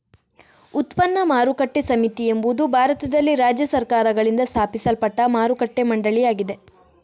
ಉತ್ಪನ್ನ ಮಾರುಕಟ್ಟೆ ಸಮಿತಿ ಎಂಬುದು ಭಾರತದಲ್ಲಿ ರಾಜ್ಯ ಸರ್ಕಾರಗಳಿಂದ ಸ್ಥಾಪಿಸಲ್ಪಟ್ಟ ಮಾರುಕಟ್ಟೆ ಮಂಡಳಿಯಾಗಿದೆ